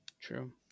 true